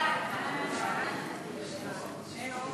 סעיפים